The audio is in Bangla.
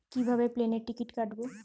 কিভাবে প্লেনের টিকিট কাটব?